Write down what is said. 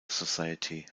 society